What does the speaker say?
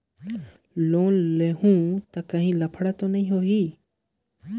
Loan लेहूं ता काहीं लफड़ा तो नी होहि?